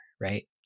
right